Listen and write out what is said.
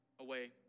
away